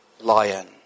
lion